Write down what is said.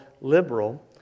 Liberal